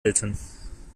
eltern